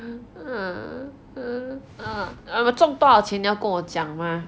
我中多少钱你要跟我讲 mah